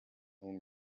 own